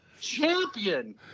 champion